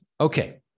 Okay